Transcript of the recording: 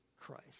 Christ